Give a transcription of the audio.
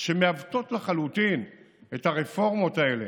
שמעוותות לחלוטין את הרפורמות האלה.